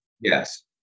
yes